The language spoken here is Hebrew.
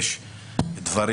ויש כמה שלא.